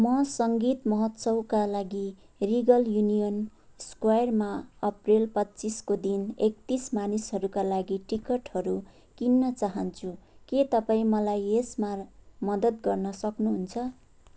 म सङ्गीत महोत्सवका लागि रिगल युनियन स्क्वायरमा अप्रेल पच्चिसको दिन एक्तिस मानिसहरूका लागि टिकटहरू किन्न चाहन्छु के तपाईँ मलाई यसमा मद्दत गर्न सक्नुहुन्छ